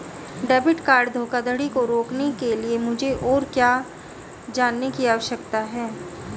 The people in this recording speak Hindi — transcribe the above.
डेबिट कार्ड धोखाधड़ी को रोकने के लिए मुझे और क्या जानने की आवश्यकता है?